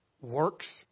works